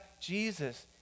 Jesus